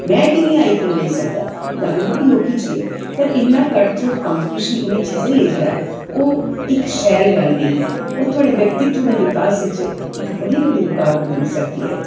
में की निं आईफोन लेई सकदा गल्ल बड़ी लौह्की जेही ऐ पर इन्ना कट थ्रू कंपीटिशन इ'नें चीज़ें लेई जेह्ड़ा ऐ ओह् इक शैल गल्ल निं ऐ ओह् थुआढ़े व्यक्तित्व दे बकास च इक बड़ी बड्डी रुकावट बनी सकदी ऐ